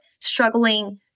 struggling